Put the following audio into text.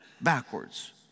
backwards